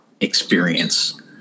experience